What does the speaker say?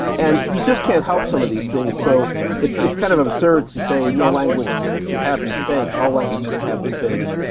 and you just can't help some of these things, so it's it's kind of absurd to say no language should have mistakes. all languages have mistakes,